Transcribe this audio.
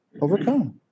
Overcome